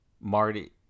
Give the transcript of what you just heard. Marty